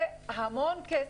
וזה המון כסף.